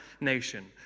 nation